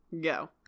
go